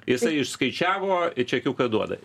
jisai išskaičiavo čekiuką duoda